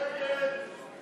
הצעת סיעת